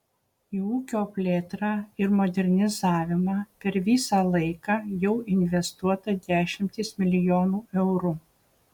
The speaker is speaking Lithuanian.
į ūkio plėtrą ir modernizavimą per visą laiką jau investuota dešimtys milijonų eurų